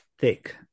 thick